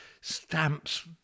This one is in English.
stamps